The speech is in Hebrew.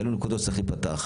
אלה נקודות שצריכות להיפתח.